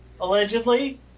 allegedly